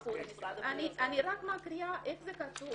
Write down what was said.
אני רק מקריאה איך זה כתוב.